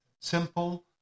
Simple